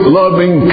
loving